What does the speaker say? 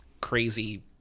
crazy